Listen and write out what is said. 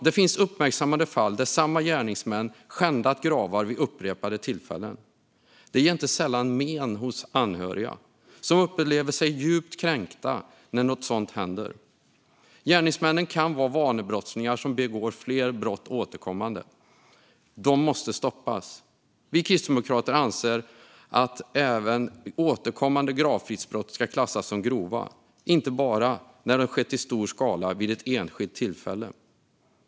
Det finns uppmärksammade fall där samma gärningsmän skändat gravar vid upprepade tillfällen. Det ger inte sällan men hos anhöriga, som upplever sig djupt kränkta när sådant inträffar. Gärningsmännen kan vara vanebrottslingar som begår fler brott återkommande. De måste stoppas. Vi kristdemokrater anser att även återkommande gravfridsbrott ska klassas som grova, inte bara när de skett i stor skala vid ett enskilt tillfälle.